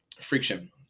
friction